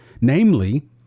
namely